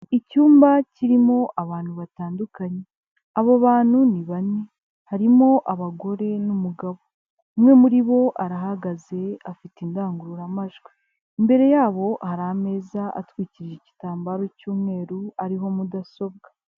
Icyumba kirimo abantu batandukanye, abo bantu ni bane harimo abagore n'umugabo. Umwe muri bo arahagaze afite indangururamajwi. Imbere yabo hari ameza atwikije igitambaro cy'umweru ariho mudasobwa.